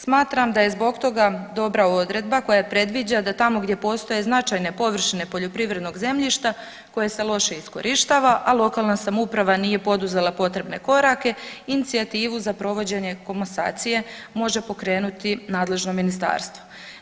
Smatram da je zbog toga dobra odredba koja predviđa da tamo gdje postoje značajne površine poljoprivrednog zemljišta koje se loše iskorištava, a lokalna samouprava nije poduzela potrebne korake inicijativu za provođenje komasacije može pokrenuti nadležno ministarstvo.